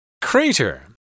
Crater